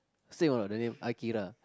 same or not the name Akira